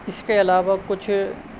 اس کے علاوہ کچھ